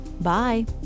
Bye